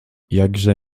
jakże